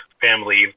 family